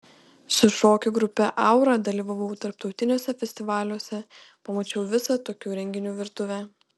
su šokių grupe aura dalyvavau tarptautiniuose festivaliuose pamačiau visą tokių renginių virtuvę